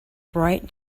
bright